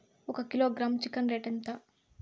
ఒక kilogram chicken rate ఎంత?